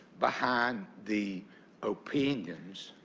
behind the opinions.